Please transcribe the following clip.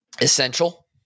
essential